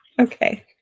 Okay